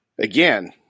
again